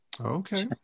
Okay